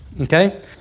okay